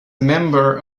member